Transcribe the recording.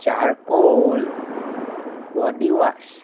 charcoal body wash